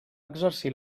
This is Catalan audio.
exercir